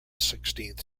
sixteenth